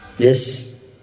Yes